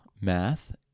math